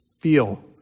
feel